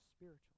spiritual